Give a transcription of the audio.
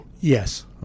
Yes